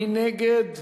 מי נגד?